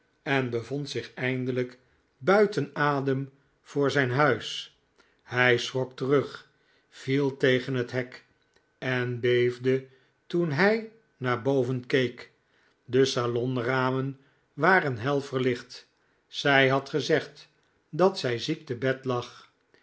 en bevond zich eindelijk buiten adem voor zijn eigen huis hij schrok terug viel tegen het hek en beefde toen hij naar boven keek de salonramen waren hel verlicht zij had gezegd dat zij ziek te bed lag